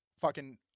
fucking-